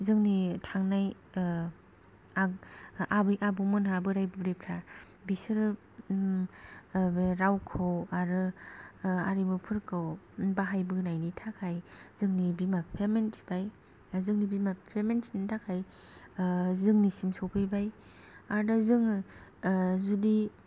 जोंनि थंनाय आबै आबौमोनहा बोराय बुरैफ्रा बिसोर रावखौ आरो आरिमुफोरखौ बाहायबोनायनि थाखाय जोंनि बिमा बिफाया मोन्थिबाय जोंनि बिमा बिफाया मोन्थिनायनि थाखाय जोंनिसिम सौफैबाय आरो दा जों जुदि